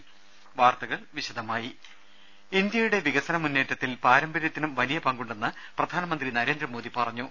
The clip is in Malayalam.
ശ് ൻ അ അ ശ്ര ്യ അ അ അ ഇന്ത്യയുടെ വികസന മുന്നേറ്റത്തിൽ പാരമ്പര്യത്തിനും വലിയ പങ്കുണ്ടെന്ന് പ്രധാനമന്ത്രി നരേന്ദ്രമോദി പറഞ്ഞു